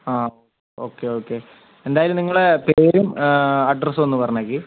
ആ okay okay എന്തായാലും നിങ്ങളുടെ പേരും അഡ്രസ്സും ഒന്ന് പറഞ്ഞേക്ക്